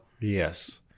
Yes